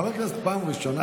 חבר כנסת, פעם ראשונה.